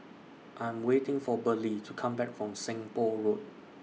I Am waiting For Burley to Come Back from Seng Poh Road